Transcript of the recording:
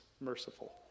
merciful